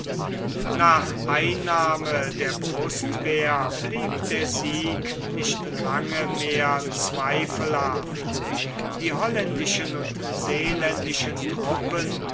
nach einnahme der brustwehr blieb der sieg nicht lange mehr zweifelhaft die holländischen und seeländischen truppen